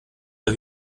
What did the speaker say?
der